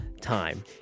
time